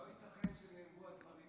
לא ייתכן שנאמרו הדברים הללו.